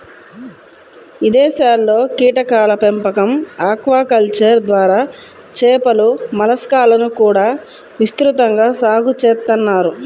ఇదేశాల్లో కీటకాల పెంపకం, ఆక్వాకల్చర్ ద్వారా చేపలు, మలస్కాలను కూడా విస్తృతంగా సాగు చేత్తన్నారు